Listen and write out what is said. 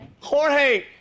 Jorge